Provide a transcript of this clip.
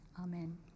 Amen